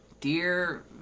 Dear